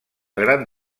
gran